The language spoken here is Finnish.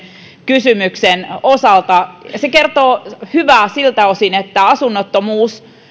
kysymyksen osalta ja se kertoo hyvää siltä osin että asunnottomuus